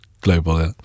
Global